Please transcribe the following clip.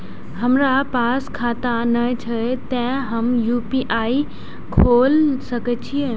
हमरा पास खाता ने छे ते हम यू.पी.आई खोल सके छिए?